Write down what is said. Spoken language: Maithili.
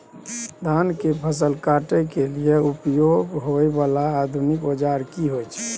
धान के फसल काटय के लिए उपयोग होय वाला आधुनिक औजार की होय छै?